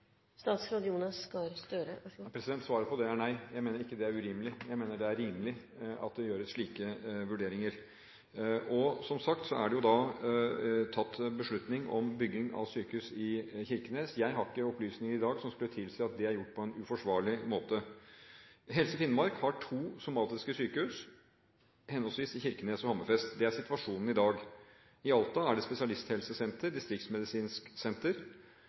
Svaret på det er nei. Jeg mener det ikke er urimelig. Jeg mener det er rimelig at det gjøres slike vurderinger. Som sagt er det tatt en beslutning om bygging av sykehus i Kirkenes. Jeg har ikke opplysninger i dag som skulle tilsi at det er gjort på en uforsvarlig måte. Helse Finnmark har to somatiske sykehus, i henholdsvis Kirkenes og Hammerfest. Det er situasjonen i dag. I Alta er det spesialisthelsesenter, distriktsmedisinsk senter.